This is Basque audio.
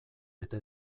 eta